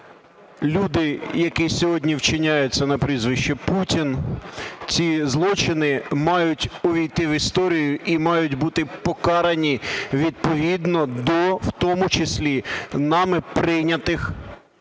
люди, які сьогодні вчиняють це на прізвище Путін, ці злочини мають увійти в історію і мають бути покарані відповідно до в тому числі нами прийнятих